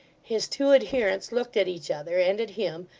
his two adherents looked at each other, and at him,